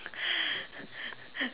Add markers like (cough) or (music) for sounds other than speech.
(laughs)